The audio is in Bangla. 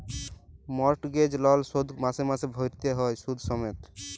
মর্টগেজ লল শোধ মাসে মাসে ভ্যইরতে হ্যয় সুদ সমেত